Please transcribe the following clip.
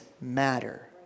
matter